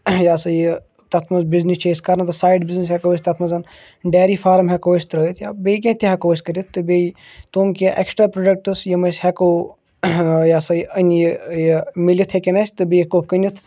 یہِ ہسا یہِ تَتھ منٛز بِزنٮ۪س چھِ أسۍ کَران سایڈ بِزنٮ۪س ہیٚکو أسۍ تَتھ منٛز ڈیری فارَم ہیٚکو أسۍ ترٛٲیِتھ یا بیٚیہِ کیٚنٛہہ تہِ ہیٚکو أسۍ کٔرِتھ تہٕ بیٚیہ تِم کیٚنٛہہ ایٚکٕسٹرا پروڈَکٹٕس یِم أسۍ ہیٚکو یہِ ہسا یہِ مِلِتھ ہیٚکن اَسہِ تہٕ بیٚیہ ہیٚکو کٕنِتھ